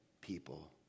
people